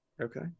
Okay